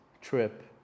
trip